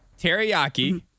teriyaki